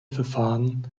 verfahren